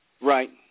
Right